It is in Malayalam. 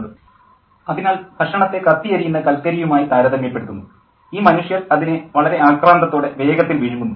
പ്രൊഫസ്സർ അതിനാൽ ഭക്ഷണത്തെ കത്തിയെരിയുന്ന കൽക്കരിയുമായി താരതമ്യപ്പെടുത്തുന്നു ഈ മനുഷ്യർ അതിനെ വളരെ ആക്രാന്തത്തോടെ വേഗത്തിൽ വിഴുങ്ങുന്നു